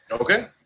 Okay